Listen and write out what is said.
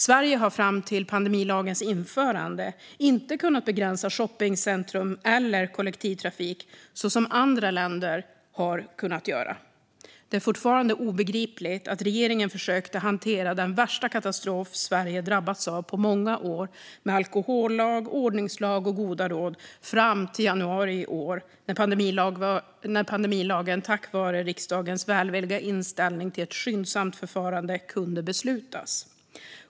Sverige har fram till pandemilagens införande inte kunnat begränsa shoppingcentrum eller kollektivtrafik så som andra länder har kunnat göra. Det är fortfarande obegripligt att regeringen försökte hantera den värsta katastrof Sverige drabbats av på många år med alkohollag, ordningslag och goda råd fram till januari i år när pandemilagen, tack vare riksdagens välvilliga inställning till ett skyndsamt förfarande, kunde beslutas.